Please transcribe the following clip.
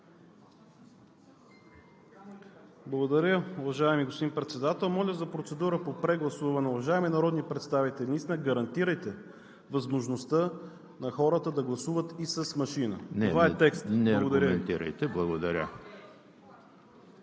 Благодаря, уважаеми господин Председател. Моля, процедура по прегласуване. Уважаеми народни представители, наистина гарантирайте възможността на хората да гласуват и с машина! Това е текстът. Благодаря